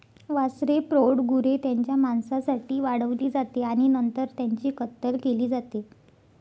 वासरे प्रौढ गुरे त्यांच्या मांसासाठी वाढवली जाते आणि नंतर त्यांची कत्तल केली जाते